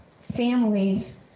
families